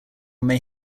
may